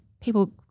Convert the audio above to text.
people